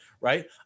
right